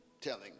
telling